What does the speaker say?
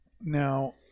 Now